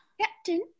Captain